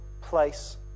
place